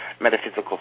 metaphysical